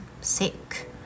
sick